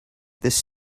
this